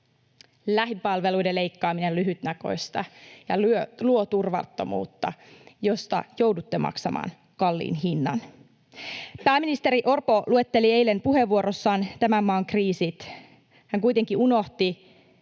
Lähipalveluiden leikkaaminen on lyhytnäköistä ja luo turvattomuutta, josta joudutte maksamaan kalliin hinnan. Pääministeri Orpo luetteli eilen puheenvuorossaan tämän maan kriisit. Hän kuitenkin unohti